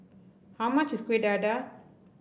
how much is Kueh Dadar